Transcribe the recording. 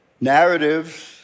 narratives